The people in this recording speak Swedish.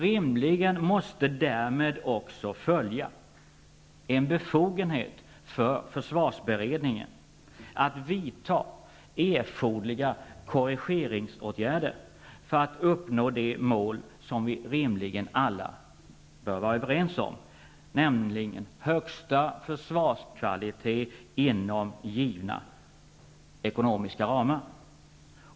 Rimligen måste därmed också följa en befogenhet för försvarsberedningen att vidta erforderliga korrigeringsåtgärder för att uppnå de mål vi alla bör vara överens om, nämligen högsta försvarskvalitet inom givna ekonomiska ramar.